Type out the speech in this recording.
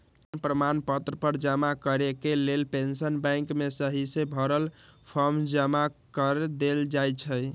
जीवन प्रमाण पत्र जमा करेके लेल पेंशन बैंक में सहिसे भरल फॉर्म जमा कऽ देल जाइ छइ